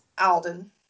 Alden